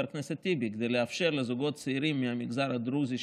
הכנסת טיבי: כדי לאפשר לזוגות הצעירים מהמגזר הדרוזי,